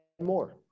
more